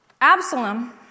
Absalom